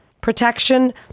protection